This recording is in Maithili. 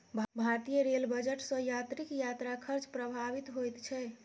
भारतीय रेल बजट सॅ यात्रीक यात्रा खर्च प्रभावित होइत छै